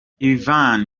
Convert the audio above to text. ivan